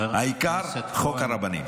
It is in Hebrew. העיקר חוק הרבנים.